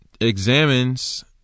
examines